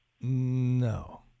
No